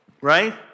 right